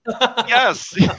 Yes